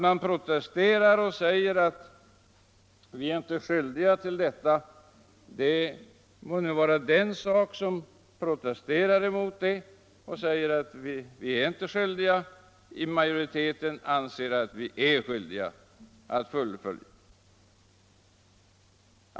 Den som har en annan mening har givetvis rätt att protestera och säga att vi inte är skyldiga att göra det.